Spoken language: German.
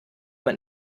man